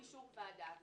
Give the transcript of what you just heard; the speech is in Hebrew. באישור ועדה.